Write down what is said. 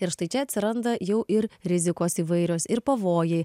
ir štai čia atsiranda jau ir rizikos įvairios ir pavojai